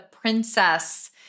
princess